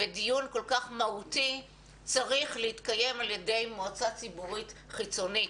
ודיון כל כך מהותי צריך להתקיים על ידי מועצה ציבורית חיצונית,